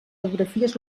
geografies